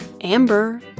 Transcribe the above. Amber